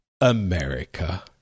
America